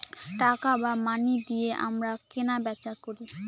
টাকা বা মানি দিয়ে আমরা কেনা বেচা করি